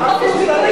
הממשלה,